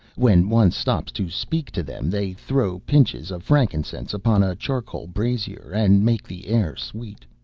when one stops to speak to them, they throw pinches of frankincense upon a charcoal brazier and make the air sweet.